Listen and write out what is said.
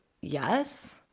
yes